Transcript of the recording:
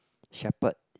Shepherd